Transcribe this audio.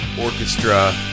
orchestra